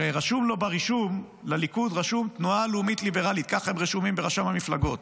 שרשום לו "תנועה לאומית ליברלית" כך הם רשומים ברשם המפלגות,